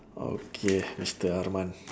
okay mister arman